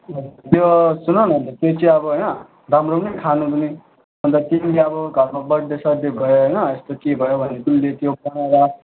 त्यो सुन न अन्त त्यो चैँ आबो होइन राम्रो पनि खानु पनि अन्त तिमीले आबो घरमा बड्डेसड्डे भयो होइन एस्तो के भयो भने तिमीले त्यो बनाएर